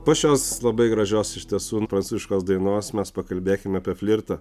po šios labai gražios iš tiesų prancūziškos dainos mes pakalbėkime apie flirtą